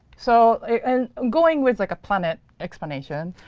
so and going with like a planet explanation,